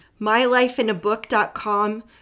mylifeinabook.com